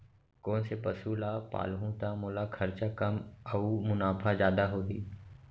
कोन से पसु ला पालहूँ त मोला खरचा कम अऊ मुनाफा जादा होही?